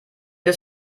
des